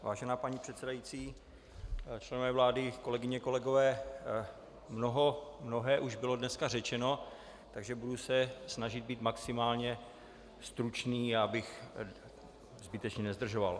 Vážená paní předsedající, členové vlády, kolegyně a kolegové, mnohé už bylo dneska řečeno, takže se budu snažit být maximálně stručný, abych zbytečně nezdržoval.